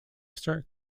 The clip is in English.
star